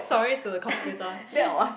sorry to the computer